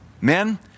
Men